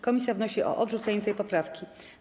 Komisja wnosi o odrzucenie tej poprawki.